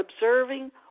observing